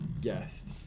guest